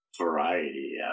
variety